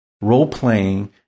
role-playing